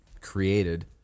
created